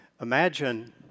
Imagine